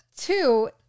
two